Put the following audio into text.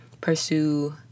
pursue